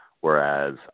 whereas